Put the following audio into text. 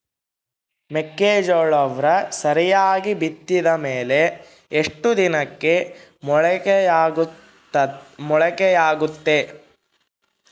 ಮೆಕ್ಕೆಜೋಳವು ಸರಿಯಾಗಿ ಬಿತ್ತಿದ ಮೇಲೆ ಎಷ್ಟು ದಿನಕ್ಕೆ ಮೊಳಕೆಯಾಗುತ್ತೆ?